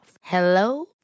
Hello